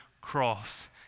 cross